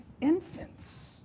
infants